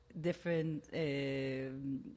different